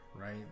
right